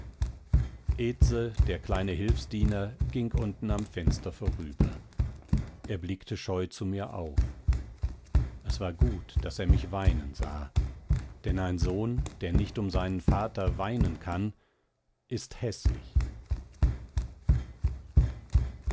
der kleine hilfsdiener ging unten am fenster vorüber er blickte scheu zu mir auf es war gut daß er mich weinen sah denn ein sohn der nicht um seinen vater weinen kann ist häßlich